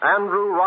Andrew